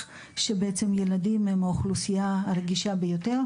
שילדים הם האוכלוסייה הרגישה ביותר,